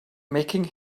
making